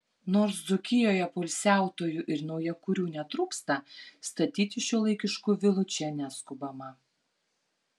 nors dzūkijoje poilsiautojų ir naujakurių netrūksta statyti šiuolaikiškų vilų čia neskubama